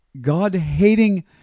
God-hating